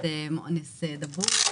דבור,